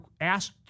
asked